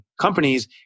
companies